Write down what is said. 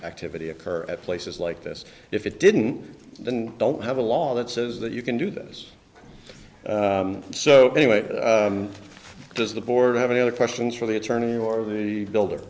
activity occur at places like this if it didn't and don't have a law that says that you can do this so anyway does the board have any other questions for the attorney or the builder